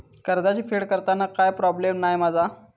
कर्जाची फेड करताना काय प्रोब्लेम नाय मा जा?